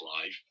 life